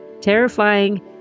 terrifying